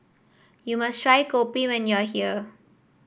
you must try kopi when you are here